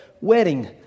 wedding